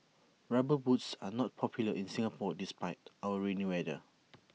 rubber boots are not popular in Singapore despite our rainy weather